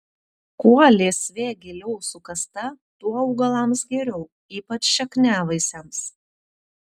kuo lysvė giliau sukasta tuo augalams geriau ypač šakniavaisiams